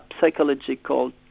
psychological